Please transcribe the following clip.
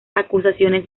acusaciones